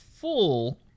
full